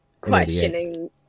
questioning